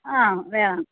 ആ വേണം